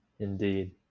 Indeed